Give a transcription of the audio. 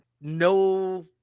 no